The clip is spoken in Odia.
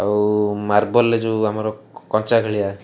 ଆଉ ମାର୍ବଲ୍ରେ ଯେଉଁ ଆମର କାଞ୍ଚା ଖେଳିବା